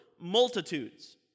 multitudes